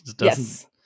Yes